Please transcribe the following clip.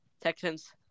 Texans